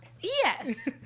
Yes